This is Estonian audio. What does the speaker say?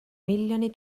miljoni